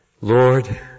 Lord